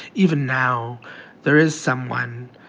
even now there is someone,